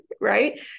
right